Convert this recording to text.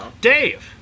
Dave